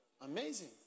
Amazing